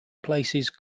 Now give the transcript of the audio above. places